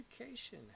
education